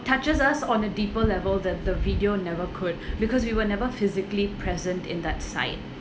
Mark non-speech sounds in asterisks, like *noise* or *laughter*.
touches us on a deeper level that the video never could *breath* because we will never physically present in that site